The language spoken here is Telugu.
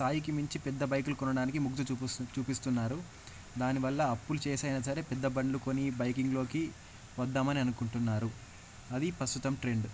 స్థాయికి మించి పెద్ద బైక్లు కొనడానికి మొగ్గు చూపి చూపిస్తున్నారు దానివల్ల అప్పులు చేసైనా సరే పెద్ద బండ్లు కొని బైకింగ్లోకి వద్దాం అని అనుకుంటున్నారు అది ప్రస్తుతం ట్రెండ్